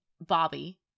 Bobby